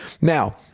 Now